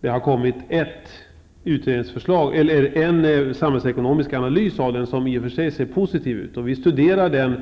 Det har kommit en samhällsekonomisk analys som i och för sig ser positiv ut och vi studerar den